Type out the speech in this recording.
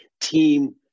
team